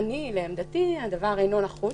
לעמדתי, הדבר אינו נחוץ.